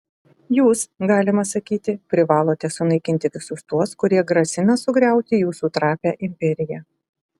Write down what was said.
jūs galima sakyti privalote sunaikinti visus tuos kurie grasina sugriauti jūsų trapią imperiją